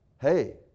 hey